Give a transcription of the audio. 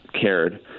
cared